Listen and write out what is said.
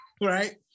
right